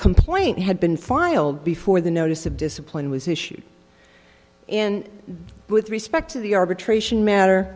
complaint had been filed before the notice of discipline was issued and with respect to the arbitration matter